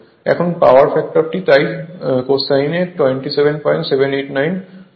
এখন পাওয়ার ফ্যাক্টরটি তখন কোসাইন 27789 হবে